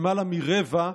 למעלה מרבע,